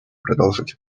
продолжать